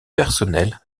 personnelle